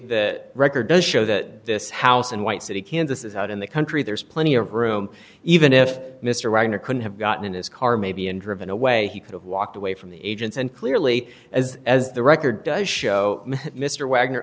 they record does show that this house and white city kansas is out in the country there's plenty of room even if mr reiner couldn't have gotten in his car maybe and driven away he could have walked away from the agents and clearly as as the record does show mr wagner